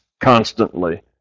constantly